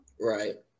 Right